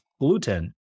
gluten